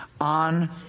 on